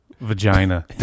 vagina